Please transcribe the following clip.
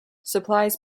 supplies